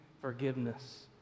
forgiveness